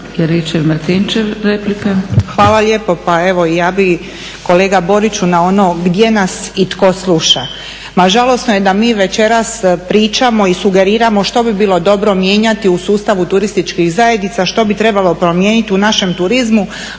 **Juričev-Martinčev, Branka (HDZ)** Hvala lijepo. Pa evo i ja bih kolega Boriću na ono gdje nas i tko sluša. Ma žalosno je da mi večeras pričamo i sugeriramo što bi bilo dobro mijenjati u sustavu turističkih zajednica, što bi trebalo promijeniti u našem turizmu